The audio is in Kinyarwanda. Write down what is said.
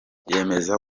yemeza